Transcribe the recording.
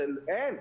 אין,